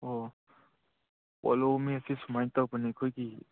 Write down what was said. ꯑꯣ ꯄꯣꯂꯣ ꯃꯦꯠꯁꯁꯦ ꯁꯨꯃꯥꯏ ꯇꯧꯕꯅꯦ ꯑꯩꯈꯣꯏꯒꯤ